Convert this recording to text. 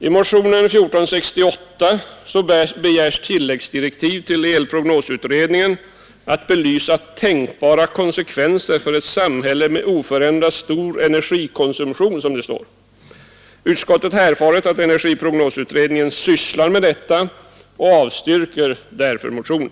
I motionen 1468 begärs tilläggsdirektiv till energiprognosutredningen för att få belyst tänkbara konsekvenser för ett samhälle med oförändrat stor energikonsumtion. Utskottet har erfarit att utredningen sysslar med detta och avstyrker därför motionen.